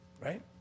right